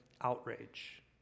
outrage